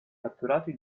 catturati